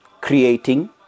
creating